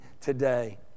today